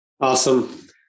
Awesome